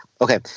Okay